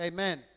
Amen